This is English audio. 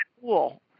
cool